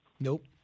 Nope